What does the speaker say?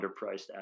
underpriced